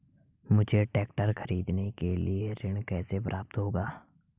मुझे ट्रैक्टर खरीदने के लिए ऋण कैसे प्राप्त होगा?